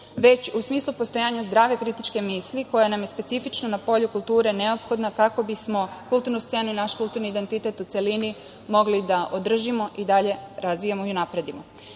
već u smislu postojanja zdrave kritičke misli koja nam je specifično na polju kulture neophodna kako bismo kulturnu scenu i naš kulturni identitet u celini mogli da održimo i dalje razvijemo i unapredimo. Sa